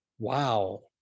Wow